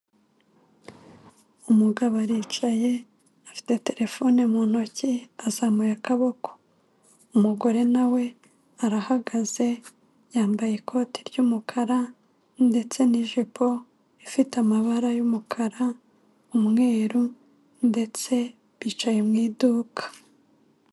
Umugabo aricaye afite terefone mu ntoki azamuye akaboko umugore nawe arahagaze yambaye ikote ry'umukara ndetse n'ijipo ifite amabara y'umukara, umweru ndetse bicaye mu iduka.